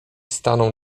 stanął